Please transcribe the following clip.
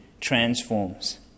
transforms